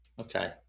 Okay